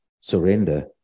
surrender